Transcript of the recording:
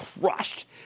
crushed